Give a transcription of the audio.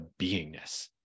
beingness